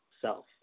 self